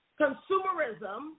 Consumerism